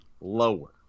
lower